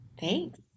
Thanks